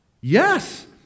Yes